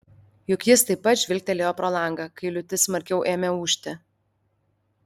juk jis taip pat žvilgtelėjo pro langą kai liūtis smarkiau ėmė ūžti